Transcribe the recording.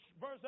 verse